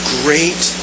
great